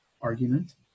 argument